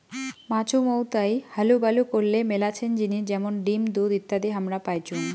মাছুমৌতাই হালুবালু করলে মেলাছেন জিনিস যেমন ডিম, দুধ ইত্যাদি হামরা পাইচুঙ